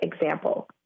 example